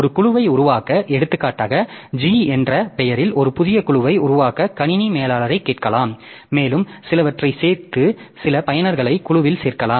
ஒரு குழுவை உருவாக்க எடுத்துக்காட்டாக G என்ற பெயரில் ஒரு புதிய குழுவை உருவாக்க கணினி மேலாளரைக் கேட்கலாம் மேலும் சிலவற்றைச் சேர்த்து சில பயனர்களை குழுவில் சேர்க்கலாம்